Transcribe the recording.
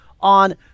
on